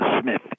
Smith